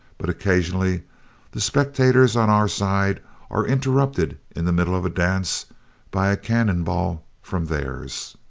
but occasionally the spectators on our side are interrupted in the middle of a dance by a cannon ball, from theirs.